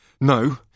no